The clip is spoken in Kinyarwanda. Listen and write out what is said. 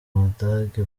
budage